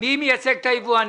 מי מייצג את היבואנים?